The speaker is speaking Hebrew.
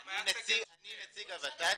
אני נציג ות"ת,